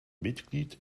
mitglied